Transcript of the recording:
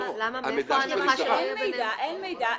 אין מידע.